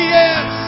yes